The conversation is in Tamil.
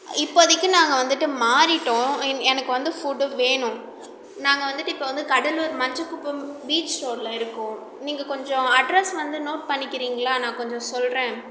இப்போதைக்கு நாங்கள் வந்துவிட்டு மாறிவிட்டோம் எனக்கு வந்து ஃபுட்டு வேணும் நாங்கள் வந்துவிட்டு இப்போ வந்து கடலூர் மஞ்சக்குப்பம் பீச் ரோட்டில் இருக்கோம் நீங்கள் கொஞ்சம் அட்ரஸ் வந்து நோட் பண்ணிக்கிறீங்களா நான் கொஞ்சம் சொல்கிறேன்